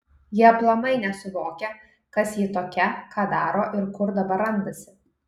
ji aplamai nesuvokia kas ji tokia ką daro ir kur dabar randasi